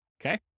Okay